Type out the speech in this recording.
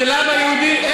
אנחנו מעולם לא,